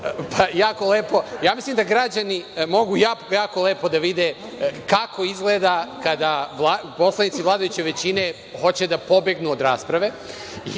Radulović** Mislim da građani mogu jako lepo da vide kako izgleda kada poslanici vladajuće većine hoće da pobegnu od rasprave